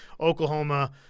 Oklahoma